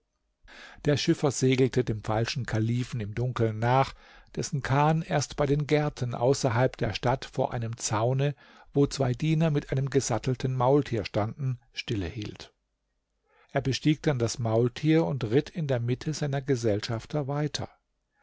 der schiffer segelte dem falschen kalifen im dunkeln nach dessen kahn erst bei den gärten außerhalb der stadt vor einem zaune wo zwei diener mit einem gesattelten maultier standen stille hielt er bestieg dann das maultier und ritt in der mitte seiner gesellschafter weiter